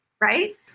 right